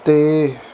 ਅਤੇ